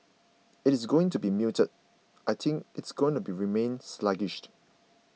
it is going to be muted I think it is going to remain sluggish